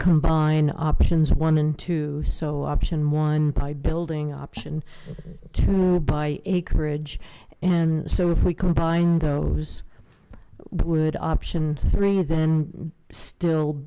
combine options one and two so option one by building option to buy acreage and so if we combine those would option three then still